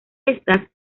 estas